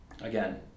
Again